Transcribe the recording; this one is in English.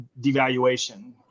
devaluation